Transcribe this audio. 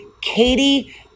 Katie